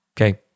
okay